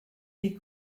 les